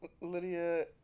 Lydia